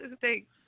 Thanks